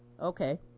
Okay